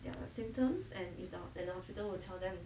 their symptoms and without and the hospital will tell them